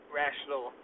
rational